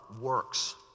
works